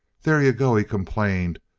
there you go, he complained,